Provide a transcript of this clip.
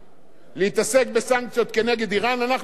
אנחנו צריכים להיות אור לגויים בעניין הזה.